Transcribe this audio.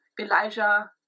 Elijah